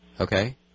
Okay